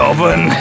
Oven